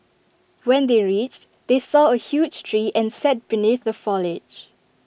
when they reached they saw A huge tree and sat beneath the foliage